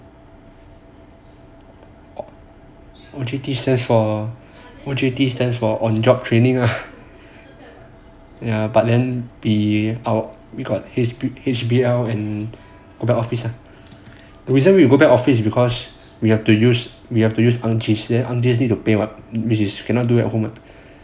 O_J_T stands for on job training lah ya but then we our got this H_B_L need to go back office lah the reason we go back office is because we have to use we have to use art sketch which need to pay [what] which is cannot do at home